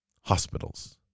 Hospitals